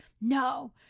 no